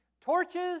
torches